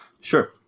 Sure